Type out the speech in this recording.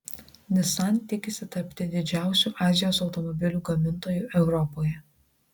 nissan tikisi tapti didžiausiu azijos automobilių gamintoju europoje